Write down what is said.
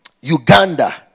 Uganda